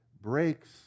breaks